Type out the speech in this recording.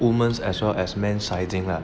women as well as men sizing lah